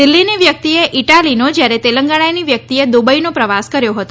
દિલ્ફીની વ્યક્તિએ ઇટાલીનો જયારે તેલંગાણાની વ્યક્તિએ દુબઇનો પ્રવાસ કર્યો હતો